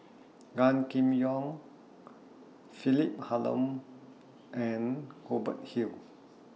Gan Kim Yong Philip Hoalim and Hubert Hill